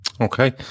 Okay